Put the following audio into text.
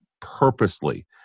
purposely